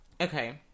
Okay